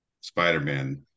spider-man